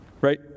Right